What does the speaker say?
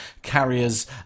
carriers